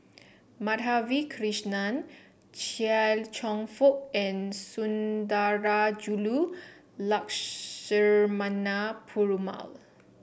Madhavi Krishnan Chia Cheong Fook and Sundarajulu Lakshmana Perumal